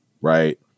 right